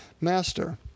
Master